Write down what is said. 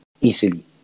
easily